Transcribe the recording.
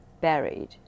buried